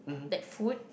that food